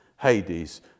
Hades